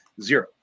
Zero